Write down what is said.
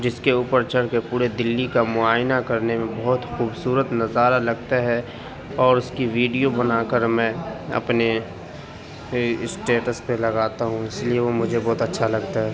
جس کے اوپر چڑھ کے پورے دِلی کا معائنہ کرنے میں بہت خوبصورت نظارہ لگتا ہے اور اُس کی ویڈیو بنا کر میں اپنے اسٹیٹس پہ لگاتا ہوں اِس لیے وہ مجھے بہت اچھا لگتا ہے